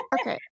Okay